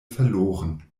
verloren